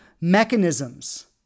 mechanisms